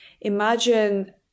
Imagine